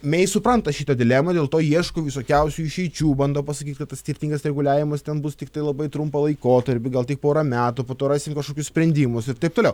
mei supranta šitą dilemą dėl to ieško visokiausių išeičių bando pasakyti kad tas skirtingas reguliavimas ten bus tiktai labai trumpą laikotarpį gal tik porą metų po to rasim kažkokius sprendimus ir taip toliau